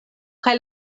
kaj